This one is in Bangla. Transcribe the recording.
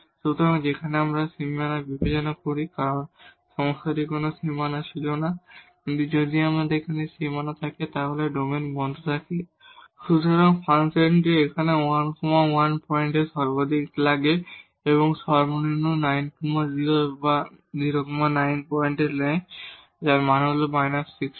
সুতরাং ফাংশনটি এখানে 11 পয়েন্টে মাক্সিমাম লাগে এবং এটি মিনিমাম 9 0 বা 0 9 পয়েন্টে নেয় যার মান হল 61